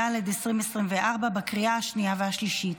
התשפ"ד 2024, לקריאה השנייה והשלישית.